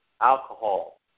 alcohol